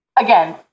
Again